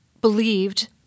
believed